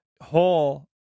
whole